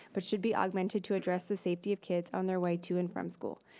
but should be augmented to address the safety of kids, on their way to and from school.